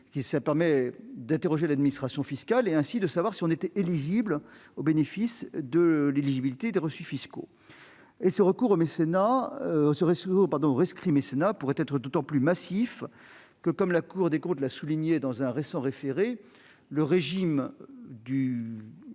qui permet d'interroger l'administration fiscale pour savoir si l'on est éligible au bénéfice des reçus fiscaux. Le recours au rescrit mécénat pourrait être d'autant plus massif que, comme la Cour des comptes l'a souligné dans un récent référé, la doctrine